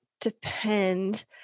depend